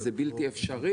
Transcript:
"זה בלתי אפשרי"